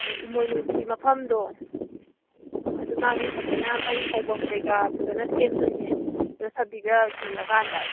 ꯏꯃꯣꯏꯅꯨꯒꯤ ꯃꯐꯝꯗꯣ ꯑꯗꯨ ꯃꯥꯒꯤ ꯐꯖꯅ ꯃꯩ ꯍꯧꯕꯝ ꯀꯔꯤ ꯀꯔꯥ ꯐꯖꯅ ꯁꯦꯝꯗꯣꯏꯅꯦ ꯌꯣꯠꯁꯕꯤꯒ ꯈꯤꯜꯂꯀꯥꯟꯗ